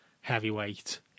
heavyweight